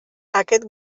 aquest